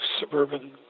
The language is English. suburban